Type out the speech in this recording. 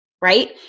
Right